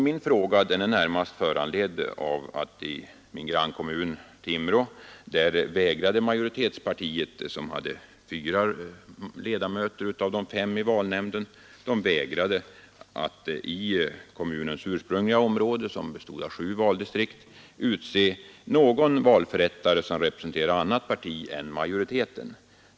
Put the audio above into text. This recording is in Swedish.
Min fråga är närmast föranledd av att i min grannkommun, Timrå, vägrade majoritetspartiet — som hade fyra av de fem ledamöterna i valnämnden — att i kommunens ursprungliga område, som bestod av sju valdistrikt, utse någon valförrättare som representerade annat parti än majoriteten.